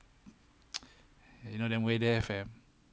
and you know the way there fam